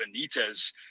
Benitez